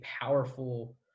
powerful